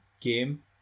game